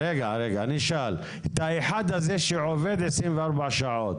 את האחד הזה שעובד 24 שעות